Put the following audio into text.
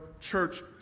church